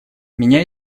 меня